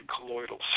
colloidal